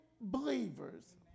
believers